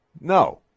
no